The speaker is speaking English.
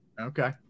Okay